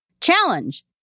Challenge